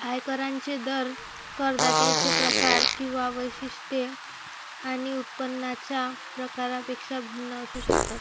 आयकरांचे दर करदात्यांचे प्रकार किंवा वैशिष्ट्ये आणि उत्पन्नाच्या प्रकारापेक्षा भिन्न असू शकतात